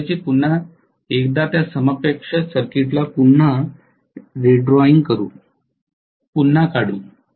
मी कदाचित पुन्हा एकदा त्या समकक्ष सर्किटला पुन्हा रेड्रॉईंग करू